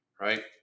Right